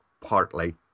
partly